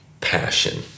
Passion